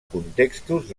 contextos